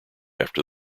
after